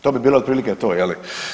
To bi bilo otprilike to je li.